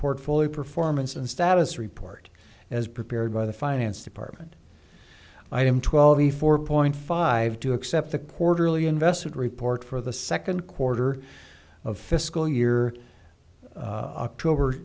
portfolio performance and status report as prepared by the finance department i am twelve the four point five to accept the quarterly investment report for the second quarter of fiscal year october